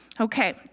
Okay